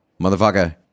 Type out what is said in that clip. motherfucker